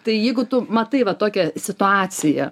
tai jeigu tu matai va tokią situaciją